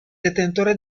detentore